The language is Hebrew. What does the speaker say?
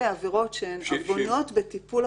מדוע החש"צ,